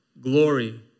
glory